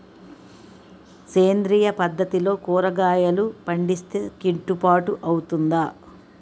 సేంద్రీయ పద్దతిలో కూరగాయలు పండిస్తే కిట్టుబాటు అవుతుందా?